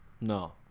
No